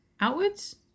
outwards